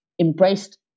embraced